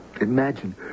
Imagine